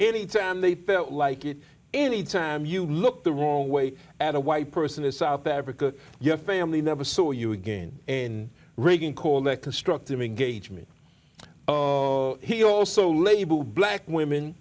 any time they felt like it any time you looked the wrong way at a white person in south africa your family never saw you again in reagan called a constructive engagement he also labeled black women